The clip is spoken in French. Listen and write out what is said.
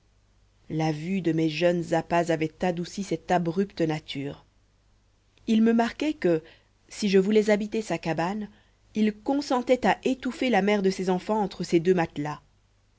la vue de mes jeunes appas avait adouci cette abrupte nature il me marquait que si je voulais habiter sa cabane il consentait à étouffer la mère de ses enfants entre ses deux matelas